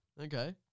Okay